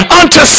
unto